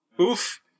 Oof